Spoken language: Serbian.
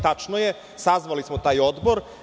Tačno je, sazvali smo taj odbor.